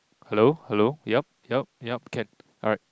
hello hello yup yup yup can alright